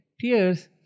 tears